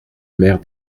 maire